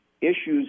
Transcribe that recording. issues